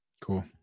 Cool